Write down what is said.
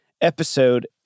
episode